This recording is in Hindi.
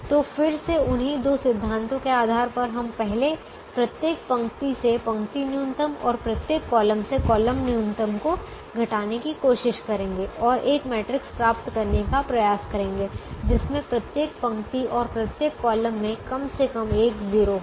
तो फिर से उन्हीं दो सिद्धांतों के आधार पर हम पहले प्रत्येक पंक्ति से पंक्ति न्यूनतम और प्रत्येक कॉलम से कॉलम न्यूनतम को घटाने की कोशिश करेंगे और एक मैट्रिक्स प्राप्त करने का प्रयास करेंगे जिसमें प्रत्येक पंक्ति और प्रत्येक कॉलम में कम से कम एक 0 हो